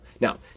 Now